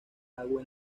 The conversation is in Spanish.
agua